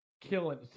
killing